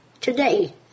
today